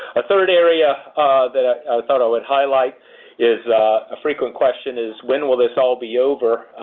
a third area that i thought i would highlight is a frequent question is when will this all be over.